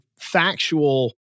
factual